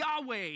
Yahweh